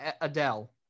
Adele